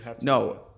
No